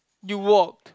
you walked